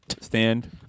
stand